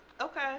Okay